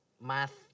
math